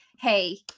hey